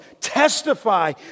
testify